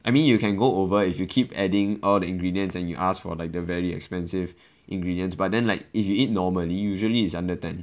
I mean you can go over if you keep adding all the ingredients and you asked for like the very expensive ingredients but then like if you eat normally usually is under ten